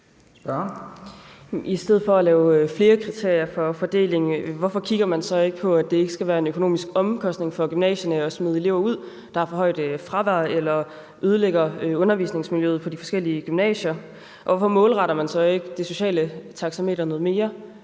I stedet for at lave flere kriterier for fordelingen, hvorfor kigger man så ikke på, at det ikke skal være en økonomisk omkostning for gymnasierne at smide elever ud, der har for højt fravær eller ødelægger undervisningsmiljøet på de forskellige gymnasier? Hvorfor målretter man så ikke det sociale taxameter noget mere